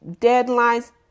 deadlines